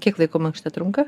kiek laiko mankšta trunka